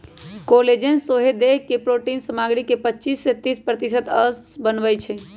collagen सौसे देह के प्रोटिन सामग्री के पचिस से तीस प्रतिशत अंश बनबइ छइ